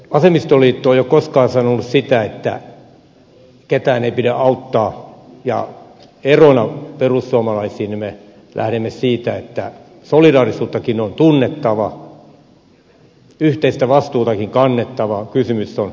vasemmistoliitto ei ole koskaan sanonut sitä että ketään ei pidä auttaa ja erona perussuomalaisiin me lähdemme siitä että solidaarisuuttakin on tunnettava yhteistä vastuutakin kannettava kysymys on ehdoista